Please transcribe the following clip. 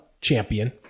champion